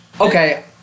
Okay